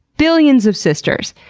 billions of sisters.